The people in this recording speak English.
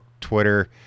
Twitter